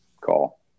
call